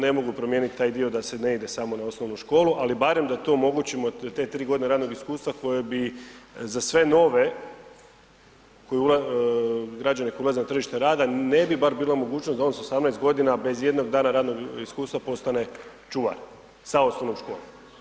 Ne mogu promijeniti taj dio da se ne ide samo na osnovnu školu, ali barem da to omogućimo da te tri godine radnog iskustva koje bi za sve nove koji, građane koji ulaze na tržište rada ne bi bar bila mogućnost da on sa 18 godina bez ijednog dana radnog iskustva postane čuvar sa osnovnom školom.